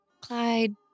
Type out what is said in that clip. Clyde